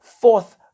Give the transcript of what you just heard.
Fourth